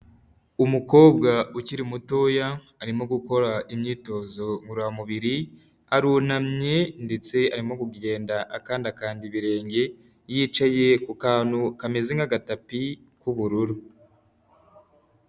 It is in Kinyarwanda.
Umukobwa ukiri mutoya arimo gukora imyitozo ngororamubiri arunamye ndetse arimo kugenda akanda akanda ibirenge yicaye ku kantu kameze nk'agatapi k'ubururu.